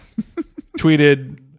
tweeted